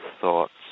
thoughts